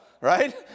right